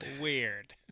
Weird